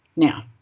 Now